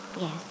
yes